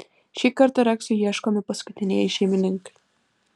šį kartą reksui ieškomi paskutinieji šeimininkai